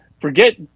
Forget